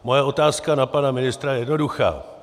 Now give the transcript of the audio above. Moje otázka na pana ministra je jednoduchá.